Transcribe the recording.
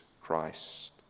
Christ